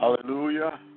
Hallelujah